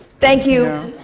thank you.